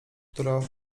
która